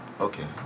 okay